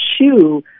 shoe